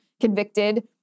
convicted